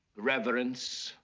reverence,